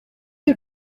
you